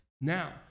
Now